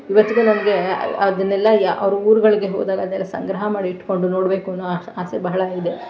ಇವತ್ತಿಗೂ ನಮಗೆ ಅದನ್ನೆಲ್ಲ ಯಾ ಅವರು ಊರುಗಳಿಗೆ ಹೋದಾಗ ಅದೆಲ್ಲ ಸಂಗ್ರಹ ಮಾಡಿಟ್ಕೊಂಡು ನೋಡಬೇಕು ಅನ್ನೋ ಆಸೆ ಆಸೆ ಬಹಳ ಇದೆ